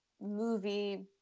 movie